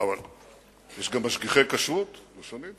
יש גם משגיחי כשרות לשונית.